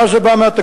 ואז זה בא מהתקציב.